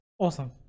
awesome